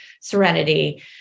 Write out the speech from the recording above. serenity